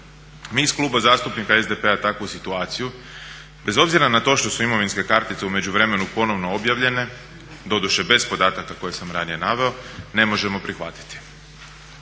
Mi iz Kluba zastupnika SDP-a takvu situaciju bez obzira na to što su imovinske kartice u međuvremenu ponovno objavljene doduše bez podataka koje sam ranije naveo ne možemo prihvatiti